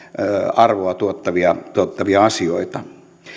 arvoa tuottavia tuottavia asioita